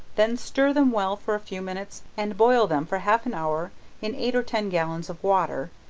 then stir them well for a few minutes, and boil them for half an hour in eight or ten gallons of water,